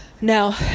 Now